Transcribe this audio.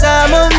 I'ma